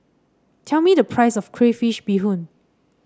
tell me the price of Crayfish Beehoon